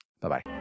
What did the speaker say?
Bye-bye